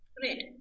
Great